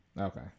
okay